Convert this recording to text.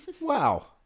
Wow